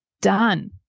done